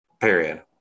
period